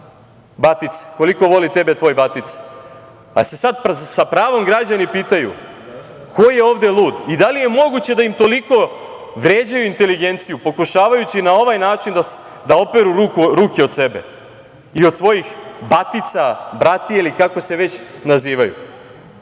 batica, koliko voli tebe tvoj batica. Jel se sad s pravom građani pitaju ko je ovde lud i da li je moguće da im toliko vređaju inteligenciju, pokušavajući na ovaj način da operu ruke od sebe i od svojih batica, bratije ili kako se već nazivaju?